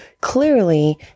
clearly